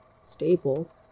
stable